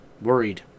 worried